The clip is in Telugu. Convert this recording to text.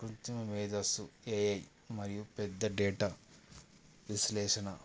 కృత్రిమ మేధస్సు ఏ ఐ మరియు పెద్ద డేటా విశ్లేషణ